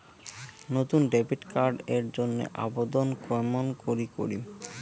নতুন debit card এর জন্যে আবেদন কেমন করি করিম?